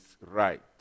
right